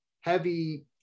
heavy